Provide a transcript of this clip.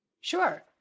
Sure